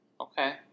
Okay